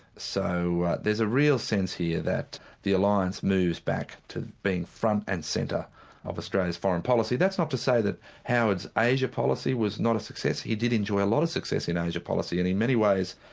so there's a real sense here that the alliance moves back to being front and centre of australia's foreign policy. that's not to say that howard's asia policy was not a success, he did enjoy a lot of success in asia policy, and in many ways